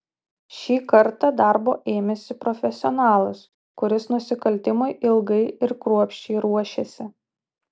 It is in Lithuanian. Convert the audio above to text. šį kartą darbo ėmėsi profesionalas kuris nusikaltimui ilgai ir kruopščiai ruošėsi